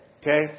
okay